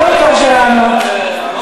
הדוקטור שלנו,